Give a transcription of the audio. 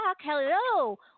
hello